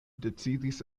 decidis